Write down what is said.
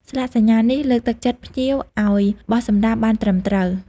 ស្លាកសញ្ញានេះលើកទឹកចិត្តភ្ញៀវឱ្យបោះសំរាមបានត្រឹមត្រូវ។